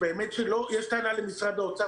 יש טענה למשרד האוצר,